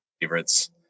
favorites